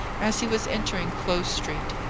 as he was entering close street,